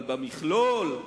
אבל במכלול,